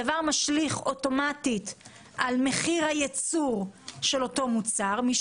הדבר משליך אוטומטית על מחיר הייצור של אותו מוצר כי